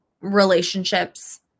relationships